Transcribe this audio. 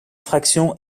fraction